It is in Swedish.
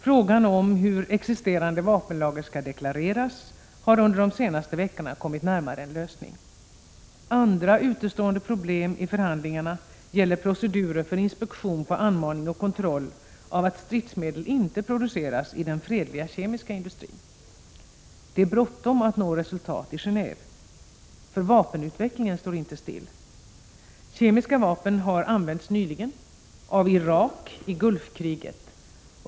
Frågan om hur existerande vapenlager skall deklareras har under de senaste veckorna kommit närmare en lösning. Andra utestående problem i förhandlingarna gäller procedurer för inspektion på anmaning och kontroll av att stridsmedel inte produceras i den fredliga kemiska industrin. Det är bråttom att nå resultat i Geneve. Vapenutvecklingen står inte stilla. Kemiska vapen har använts nyligen, av Irak i Gulfkriget.